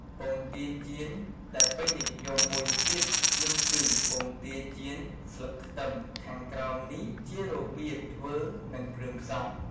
ពងទាចៀនដែលពេញនិយមមួយទៀតនោះគឺ ពងទាចៀនស្លឹកខ្ទឹម ខាងក្រោមនេះជារបៀបធ្វើនិងគ្រឿងផ្សំ។